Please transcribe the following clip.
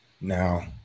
Now